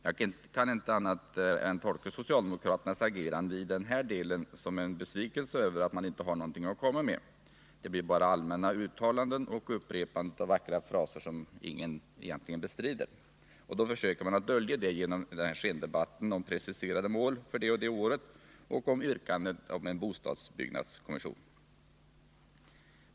Jag kan inte annat än tolka socialdemokraternas agerande i den här delen som en besvikelse över att de inte har någonting att komma med — det blir bara allmänna uttalanden och upprepanden av vackra fraser som ingen egentligen bestrider. Socialdemokraterna försöker dölja detta genom en skendebatt om preciserade mål för det och det året och genom yrkandet om en bostadsbyggnadskommission.